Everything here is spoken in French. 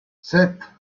sept